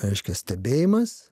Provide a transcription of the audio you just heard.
reiškia stebėjimas